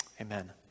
Amen